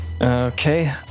Okay